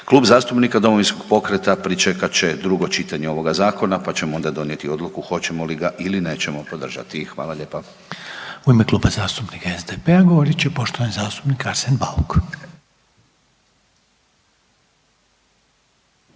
Klub zastupnika Domovinskog pokreta pričekat će drugo čitanje ovoga Zakona pa ćemo onda donijeti odluku hoćemo li ga ili nećemo podržati. Hvala lijepa. **Reiner, Željko (HDZ)** U ime Kluba zastupnika SDP-a govorit će poštovani zastupnik Arsen Bauk.